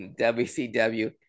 WCW